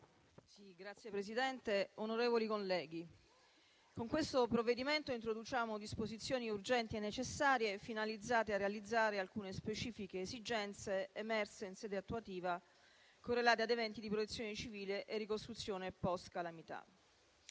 Signora Presidente, onorevoli colleghi, con il provvedimento in discussione introduciamo disposizioni urgenti e necessarie, finalizzate a realizzare alcune specifiche esigenze emerse in sede attuativa, correlate ad eventi di Protezione civile e ricostruzione post-calamità.